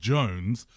Jones